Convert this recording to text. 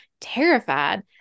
terrified